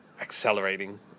Accelerating